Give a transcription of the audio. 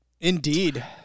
Indeed